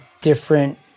different